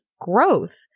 growth